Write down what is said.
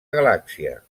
galàxia